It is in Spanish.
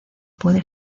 puede